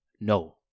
no